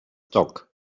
dock